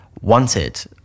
wanted